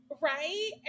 Right